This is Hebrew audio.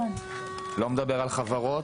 לא מדבר על חברות.